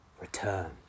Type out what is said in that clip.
Return